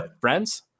friends